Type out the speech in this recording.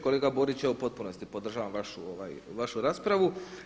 Kolega Borić ja u potpunosti podržavam vašu raspravu.